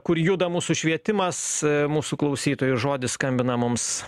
kur juda mūsų švietimas mūsų klausytojų žodis skambina mums